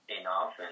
enough